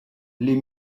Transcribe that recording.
les